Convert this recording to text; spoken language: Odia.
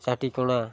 ଚାଟିକଣା